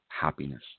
happiness